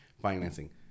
financing